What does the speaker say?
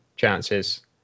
chances